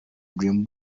dream